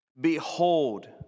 Behold